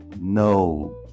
no